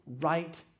right